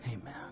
Amen